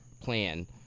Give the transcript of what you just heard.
plan